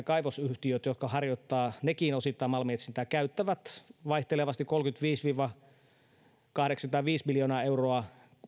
kaivosyhtiöt jotka harjoittavat nekin osittain malminetsintää käyttävät vaihtelevasti kolmekymmentäviisi viiva kahdeksankymmentäviisi miljoonaa euroa